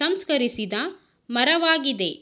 ಸಂಸ್ಕರಿಸಿದ ಮರವಾಗಿದೆ